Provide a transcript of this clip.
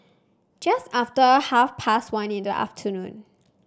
just after half past one in the afternoon